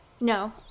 No